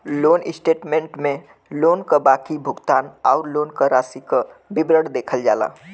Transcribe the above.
loan statement में loan क बाकी भुगतान आउर लोन राशि क विवरण देखल जाला